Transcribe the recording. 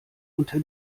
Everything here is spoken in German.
unter